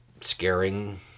scaring